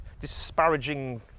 disparaging